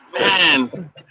Man